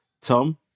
Tom